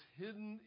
hidden